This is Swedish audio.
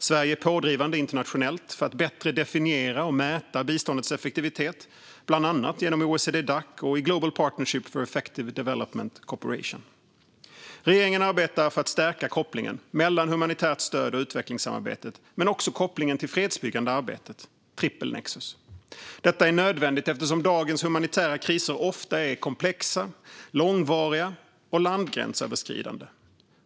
Sverige är pådrivande internationellt för att bättre definiera och mäta biståndets effektivitet, bland annat inom OECD-Dac och i Global Partnership for Effective Development Cooperation. Regeringen arbetar för att stärka kopplingen mellan humanitärt stöd och utvecklingssamarbete men också kopplingen till det fredsbyggande arbetet - trippelnexus. Detta är nödvändigt eftersom dagens humanitära kriser ofta är komplexa, långvariga och landsgränsöverskridande.